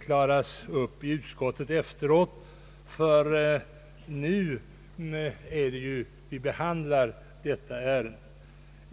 klaras upp i utskottet efteråt — det är ju nu vi behandlar ärendet.